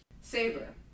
Saber